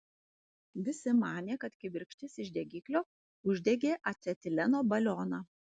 visi manė kad kibirkštis iš degiklio uždegė acetileno balioną